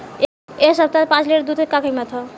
एह सप्ताह पाँच लीटर दुध के का किमत ह?